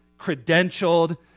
credentialed